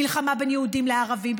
מלחמה בין יהודים לערבים,